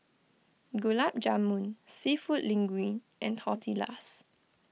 Gulab Jamun Seafood Linguine and Tortillas